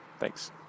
Thanks